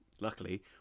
Luckily